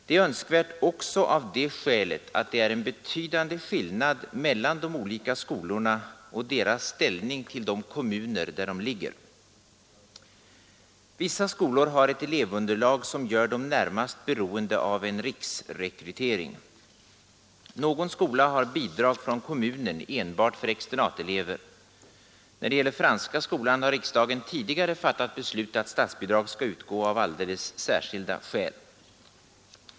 Det är önskvärt också av det skälet att det är en betydande skillnad mellan de olika skolorna och deras ställning till de kommuner där de ligger. Vissa skolor har ett elevunderlag som gör dem närmast beroende av en riksrekrytering. Någon skola har bidrag från kommunen enbart för externatelever. När det gäller Franska skolan har riksdagen tidigare fattat beslut att statsbidrag skall utgå av alldeles särskilda skäl.